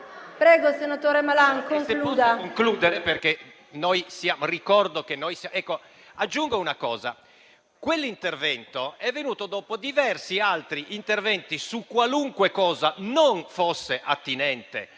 Prego, senatore Malan, concluda